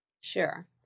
Sure